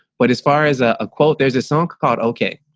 but as far as ah a quote, there's a song called okay,